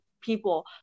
people